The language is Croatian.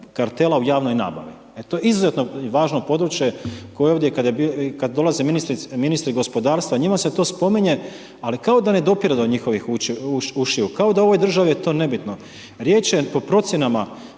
kartela u javnoj nabavi. To je izuzetno važno područje, koje je ovdje, kada dolaze ministri gospodarstva, njima se to spominje, ali kao da ne dopire do njihovih ušiju, kao da je u ovoj državi je to nebitno. Riječ je po procjenama